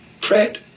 Fred